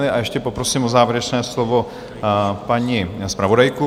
A ještě poprosím o závěrečné slovo paní zpravodajku.